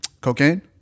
cocaine